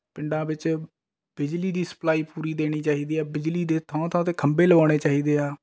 ਪਿੰਡਾਂ ਵਿੱਚ ਬਿਜਲੀ ਦੀ ਸਪਲਾਈ ਪੂਰੀ ਦੇਣੀ ਚਾਹੀਦੀ ਹੈ ਬਿਜਲੀ ਦੇ ਥਾਂ ਥਾਂ 'ਤੇ ਖੰਭੇ ਲਗਵਾਉਣੇ ਚਾਹੀਦੇ ਹੈ